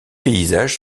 paysages